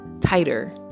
tighter